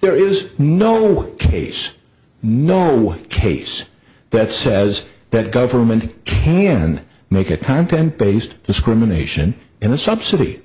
there is no one case no one case that says that government can make a content based discrimination in a subsidy